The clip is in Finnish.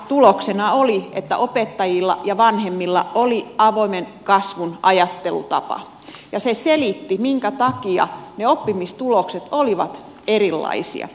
tuloksena oli että opettajilla ja vanhemmilla oli avoimen kasvun ajattelutapa ja se selitti minkä takia ne oppimistulokset olivat erilaisia